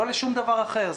לא לשום דבר אחר.